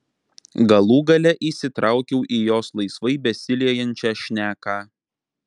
galų gale įsitraukiau į jos laisvai besiliejančią šneką